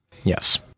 Yes